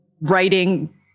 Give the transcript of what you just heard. writing